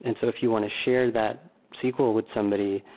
and so if you want to share that sql with somebody,